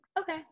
Okay